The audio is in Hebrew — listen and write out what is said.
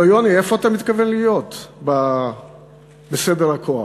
אמרתי לו: יוני, איפה אתה מתכוון להיות בסדר הכוח?